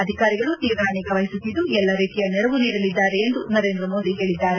ಅಧಿಕಾರಿಗಳು ತೀವ್ರ ನಿಗಾ ವಹಿಸುತ್ತಿದ್ದು ಎಲ್ಲ ರೀತಿಯ ನೆರವು ನೀಡಲಿದ್ದಾರೆ ಎಂದು ನರೇಂದ್ರಮೋದಿ ಹೇಳಿದ್ದಾರೆ